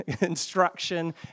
instruction